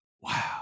Wow